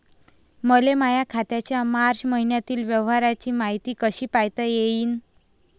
मले माया खात्याच्या मार्च मईन्यातील व्यवहाराची मायती कशी पायता येईन?